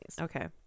Okay